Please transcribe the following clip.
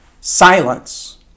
Silence